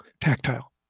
tactile